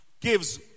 gives